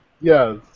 Yes